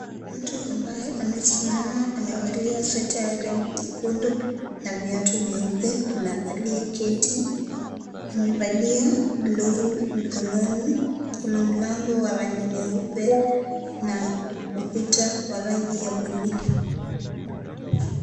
Mtu ambaye amesimama amevalia sweta ya rangi nyekundu na viatu vyeupe na aliye keti amevalia glovu mkononi, kuna mlango wa rangi nyeupe na ukuta wa rangi ya bluu.